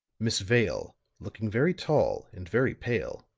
miss vale, looking very tall and very pale,